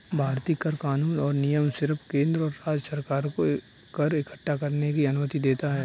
भारतीय कर कानून और नियम सिर्फ केंद्र और राज्य सरकार को कर इक्कठा करने की अनुमति देता है